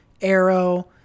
Arrow